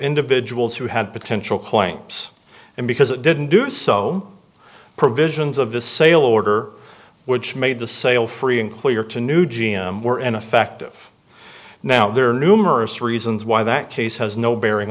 individuals who had potential claims and because it didn't do so provisions of the sale order which made the sale free and clear to new g m were ineffective now there are numerous reasons why that case has no bearing